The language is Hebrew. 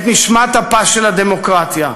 את נשמת אפה של הדמוקרטיה.